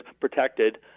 protected